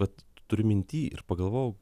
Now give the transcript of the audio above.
vat turiu mintyj ir pagalvojau